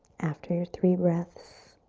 after your three breaths,